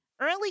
early